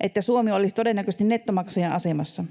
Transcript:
että Suomi olisi todennäköisesti nettomaksajan asemassa.